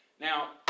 Now